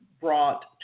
brought